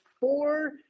four